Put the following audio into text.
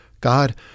God